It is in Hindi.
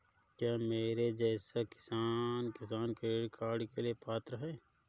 क्या मेरे जैसा किसान किसान क्रेडिट कार्ड के लिए पात्र है?